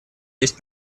есть